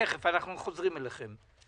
תכף אנחנו חוזרים אליכם.